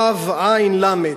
גימ"ל, וי"ו, עי"ן, למ"ד,